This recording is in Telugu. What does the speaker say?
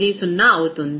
90 అవుతుంది